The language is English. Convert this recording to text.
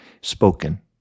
spoken